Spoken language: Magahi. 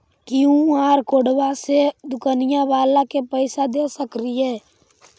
कियु.आर कोडबा से दुकनिया बाला के पैसा दे सक्रिय?